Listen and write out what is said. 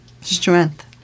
strength